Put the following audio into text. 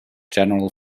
general